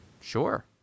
Sure